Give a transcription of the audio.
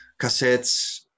cassettes